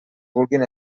vulguin